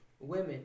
women